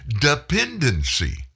dependency